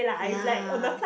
ya